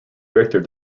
victor